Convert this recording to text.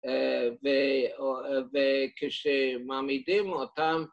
וכשמעמידים אותם